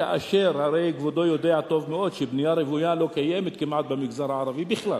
הרי כבודו יודע טוב מאוד שבנייה רוויה לא קיימת במגזר הערבי כמעט בכלל.